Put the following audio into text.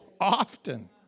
often